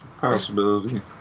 Possibility